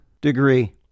degree